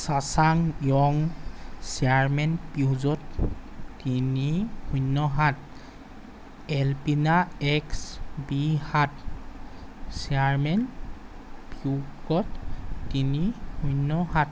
চাচাঙ ইয়ঙ চেয়াৰমেন পিউজত তিনি শূন্য সাত এলপিনা এক্স বি সাত চেয়াৰমেন পিউ ক'ড তিনি শূন্য সাত